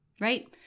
right